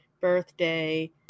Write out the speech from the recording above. birthday